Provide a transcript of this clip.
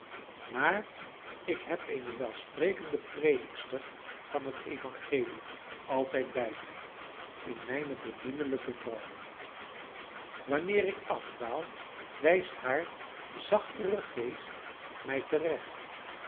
maar ik heb eene welsprekende predikster van het evangelie altijd bij mij in mijne beminnelijke vrouw wanneer ik afdwaal wijst haar zachtere geest mij terecht